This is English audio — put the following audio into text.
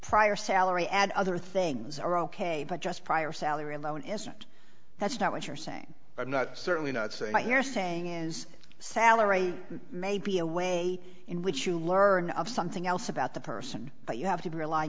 prior salary add other things are ok but just prior salary alone isn't that's not what you're saying i'm not certainly not saying you're saying is salary may be a way in which you learn of something else about the person but you have to rely